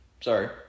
Sorry